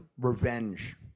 revenge